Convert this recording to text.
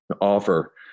offer